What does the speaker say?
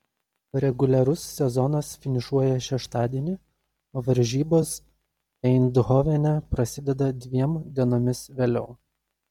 reguliarus sezonas finišuoja šeštadienį o varžybos eindhovene prasideda dviem dienomis vėliau